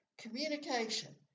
communication